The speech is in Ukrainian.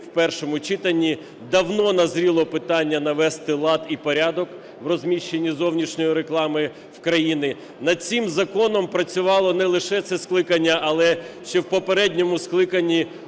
у першому читанні. Давно назріло питання навести лад і порядок в розміщенні зовнішньої реклами в країні. Над цим законом працювало не лише це скликання, але ще в попередньому скликанні